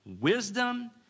Wisdom